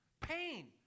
Pain